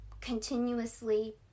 continuously